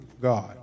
God